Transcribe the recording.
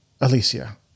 Alicia